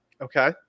Okay